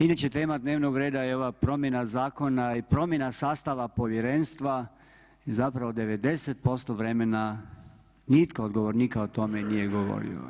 Inače tema dnevnog reda je ova promjena zakona i promjena sastava povjerenstva i zapravo 90% vremena nitko od govornika o tome nije govorio.